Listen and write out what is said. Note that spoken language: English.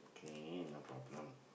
okay no problem